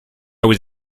was